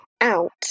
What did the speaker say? out